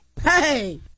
Hey